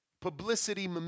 publicity